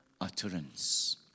utterance